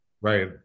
right